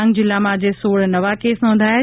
ડાંગ જિલ્લામાં આજે સોળ નવા કેસ નોંધાયા છે